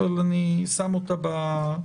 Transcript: אבל אני שם אותה ברשימה.